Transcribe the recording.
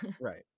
Right